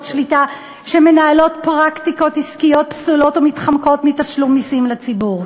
שליטה שמנהלות פרקטיקות עסקיות פסולות ומתחמקות מתשלום מסים לציבור.